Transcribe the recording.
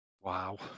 Wow